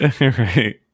right